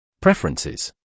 Preferences